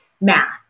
math